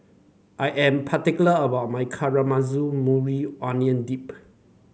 I am particular about my Caramelized Maui Onion Dip